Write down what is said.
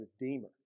Redeemer